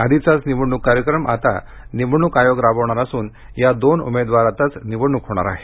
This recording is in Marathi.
आधीचाच निवडणुक कार्यक्रम आता निवडणुक आयोग राबवणार असून या दोन उमेदवारांतच निवडणुक होणार आहे